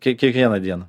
kie kiekvieną dieną